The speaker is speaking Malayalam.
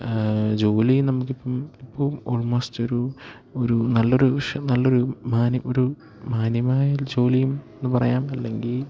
ജോലി നമുക്കിപ്പം ഇപ്പോൾ ഓൾമോസ്റ്റ് ഒരു ഒരു നല്ലൊരു നല്ലൊരു ഒരു മാന്യമായൊരു ജോലിയും എന്ന് പറയാം അല്ലെങ്കിൽ